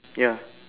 ya